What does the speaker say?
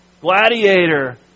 Gladiator